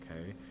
okay